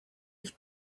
ich